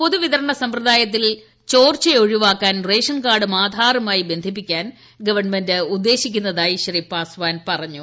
പൊതുവിതരണ സമ്പ്രദായത്തിൽ ചോർച്ചയൊഴുവാക്കാൻ റേഷൻകാർഡും ആധാറുമായി ബന്ധിപ്പിക്കാൻ ഗവൺമെന്റ് ഉദ്ദേശിക്കുന്നതായി ശ്രീ പാസ്വാൻ പറഞ്ഞു